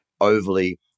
overly